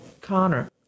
Connor